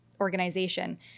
organization